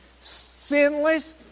Sinless